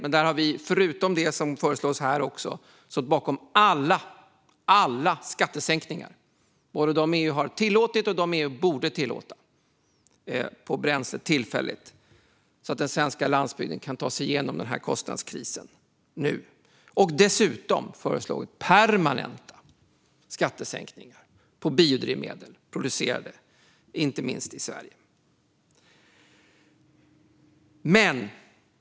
Vi har förutom de skattesänkningar som föreslås här stått bakom alla skattesänkningar på bränsle tillfälligt, både de som EU har tillåtit och de som EU borde tillåta, så att den svenska landsbygden kan ta sig igenom den här kostnadskrisen nu. Dessutom föreslår vi en permanent skattesänkning på biodrivmedel producerade i Sverige.